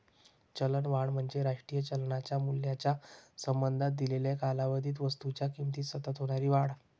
चलनवाढ म्हणजे राष्ट्रीय चलनाच्या मूल्याच्या संबंधात दिलेल्या कालावधीत वस्तूंच्या किमतीत सतत होणारी वाढ